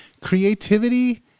Creativity